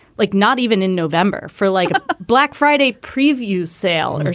like not even in november for like black friday previews sale or